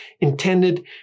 intended